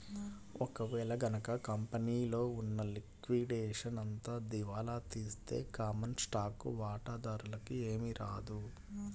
ఒక వేళ గనక కంపెనీలో ఉన్న లిక్విడేషన్ అంతా దివాలా తీస్తే కామన్ స్టాక్ వాటాదారులకి ఏమీ రాదు